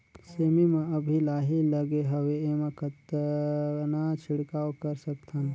सेमी म अभी लाही लगे हवे एमा कतना छिड़काव कर सकथन?